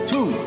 Two